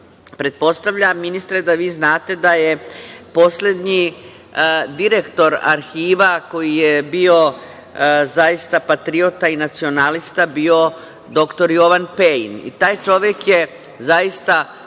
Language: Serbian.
pažnja. Pretpostavljam, ministre, da vi znate da je poslednji direktor Arhiva, koji je bio zaista patriota i nacionalista, bio dr Jovan Pejin. I taj čovek je, zaista,